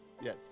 Yes